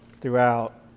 throughout